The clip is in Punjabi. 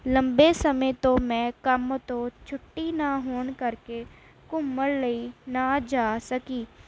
ਲੰਬੇ ਸਮੇਂ ਤੋਂ ਮੈਂ ਕੰਮ ਤੋਂ ਛੁੱਟੀ ਨਾ ਹੋਣ ਕਰਕੇ ਘੁੰਮਣ ਲਈ ਨਾ ਜਾ ਸਕੀ